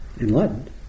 Enlightened